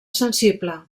sensible